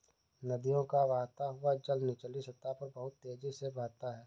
नदियों का बहता हुआ जल निचली सतह पर बहुत तेजी से बहता है